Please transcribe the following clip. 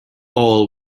all